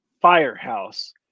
firehouse